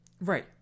Right